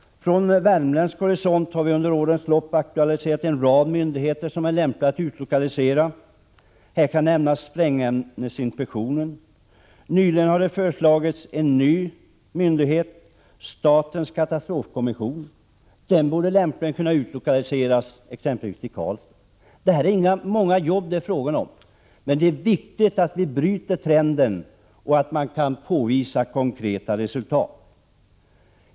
Från värmländsk horisont har vi under årens lopp aktualiserat en rad myndigheter som är lämpliga att utlokalisera. Här kan nämnas sprängämnesinspektionen. Vidare har det nyligen föreslagits att en ny myndighet skall inrättas, nämligen statens katastrofkommission. Den borde lämpligen kunna utlokaliseras, exempelvis till Karlstad. Det är här inte fråga om särskilt många arbetstillfällen, men det är viktigt att vi bryter trenden och att man kan påvisa konkreta resultat.